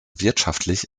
wirtschaftlich